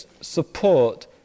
support